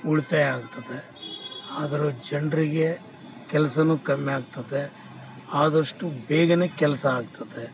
ಉಳಿತಾಯ ಆಗ್ತದೆ ಆದ್ರೆ ಜನ್ರಿಗೆ ಕೆಲಸನೂ ಕಮ್ಮಿ ಆಗ್ತದೆ ಆದಷ್ಟು ಬೇಗನೇ ಕೆಲಸ ಆಗ್ತದೆ